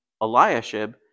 Eliashib